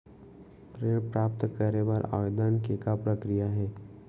ऋण प्राप्त करे बर आवेदन के का प्रक्रिया हे?